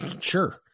sure